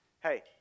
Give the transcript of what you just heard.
Hey